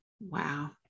Wow